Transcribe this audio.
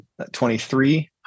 23